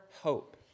hope